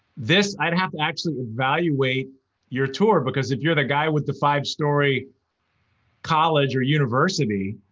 this, i'd have to actually evaluate your tour, because if you're the guy with the five-story college or university,